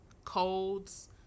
colds